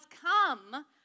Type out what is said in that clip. come